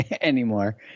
anymore